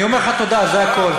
אני אומר לך תודה, זה הכול.